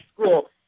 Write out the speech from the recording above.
school